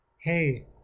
Hey